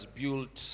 built